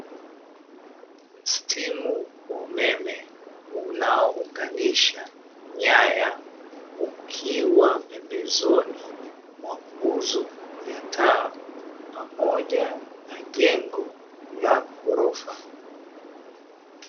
Mstimu wa umeme, unaounganisha nyaya ukiwa pembezoni mwa nguzo ya taa pamoja na jengo la ghorofa.